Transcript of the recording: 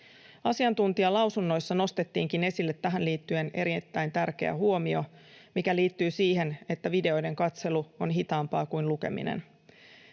Asiantuntijalausunnoissa nostettiinkin esille tähän liittyen erittäin tärkeä huomio, mikä liittyy siihen, että videoiden katselu on hitaampaa kuin lukeminen.